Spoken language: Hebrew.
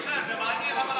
מיכאל, זה מעניין, למה להפסיק?